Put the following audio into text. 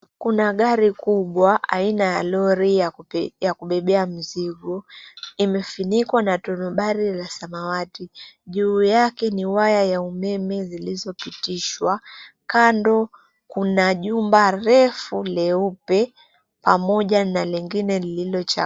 Kuna gari kubwa ya aina ya lorry ya kubebea mizigo imefunikwa na tonobari ya samawati juu yake ni waya ya umeme zilizopitishwa kando kuna jumba refu leupe pamoja na lengine lililo chakaa.